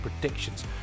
predictions